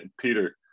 peter